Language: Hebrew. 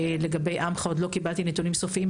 לגבי עמך עוד לא קיבלתי נתונים סופיים,